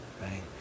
right